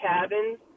cabins